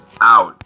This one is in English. out